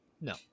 No